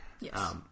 Yes